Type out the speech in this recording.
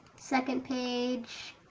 second page,